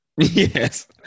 Yes